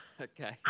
Okay